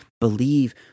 believe